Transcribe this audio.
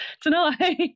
tonight